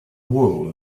wool